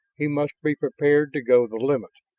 he must be prepared to go the limit.